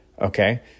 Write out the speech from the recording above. Okay